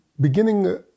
beginning